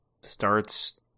starts